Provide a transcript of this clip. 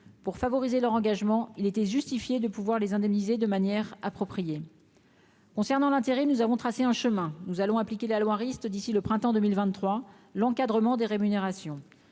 pour favoriser leur engagement il était justifié de pouvoir les indemniser de manière appropriée. Concernant l'intérêt nous avons tracé un chemin nous allons appliquer la loi risque d'ici le printemps 2023, l'encadrement des rémunérations